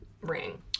ring